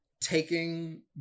taking